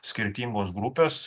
skirtingos grupės